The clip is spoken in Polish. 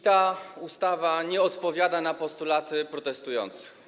Ta ustawa nie odpowiada na postulaty protestujących.